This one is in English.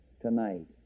tonight